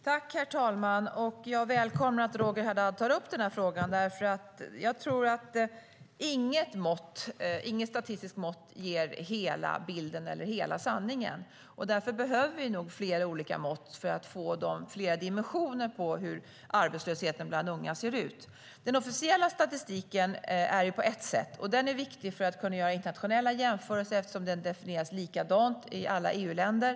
STYLEREF Kantrubrik \* MERGEFORMAT Svar på interpellationerDen officiella statistiken ser ut på ett sätt. Den är viktig för att kunna göra internationella jämförelser eftersom den definieras likadant i alla EU-länder.